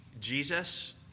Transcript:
Jesus